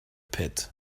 pit